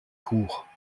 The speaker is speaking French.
cours